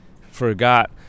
forgot